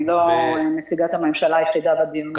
אני לא נציגת הממשלה היחידה בדיון הזה.